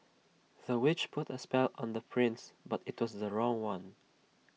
the witch put A spell on the prince but IT was the wrong one